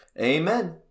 Amen